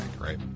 right